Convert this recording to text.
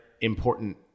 important